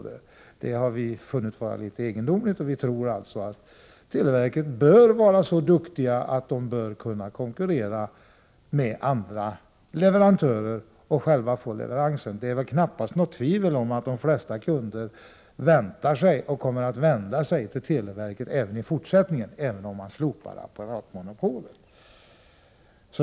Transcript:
Detta har vi funnit vara litet egendomligt, och vi tror alltså att man inom televerket är så duktig att man kan konkurrera med andra leverantörer och själv få leveranser. Det råder väl knappast något tvivel om att de flesta kunder väntar sig detta och att de kommer att vända sig till televerket även i fortsättningen, även om man slopar apparatmonopolet.